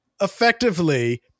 effectively